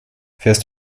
fährst